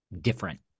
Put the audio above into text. different